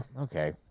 Okay